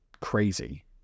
crazy